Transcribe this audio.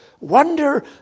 wonder